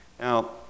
Now